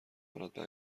دارد، به